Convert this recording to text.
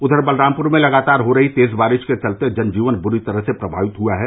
उधर बलरामपुर में लगातार हो रही तेज बारिष के चलते जन जीवन बुरी तरह से प्रभावित हुआ है